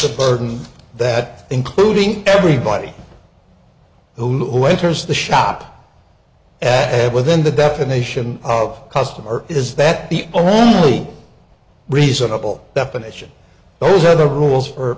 the burden that including everybody who enters the shop within the definition of customer is that the only reasonable definition those are the rules for